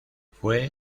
fue